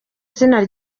izina